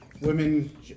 women